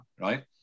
Right